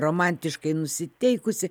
romantiškai nusiteikusi